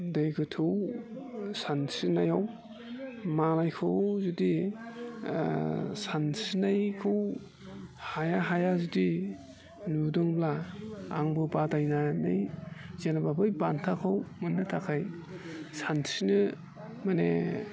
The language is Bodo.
दै गोथौआव सानस्रिनायाव मालायखौ जुदि सानस्रिनायखौ हाया हाया जुदि नुदोंब्ला आंबो बादायनानै जेनेबा बै बान्थाखौ मोननो थाखाय सानस्रिनो माने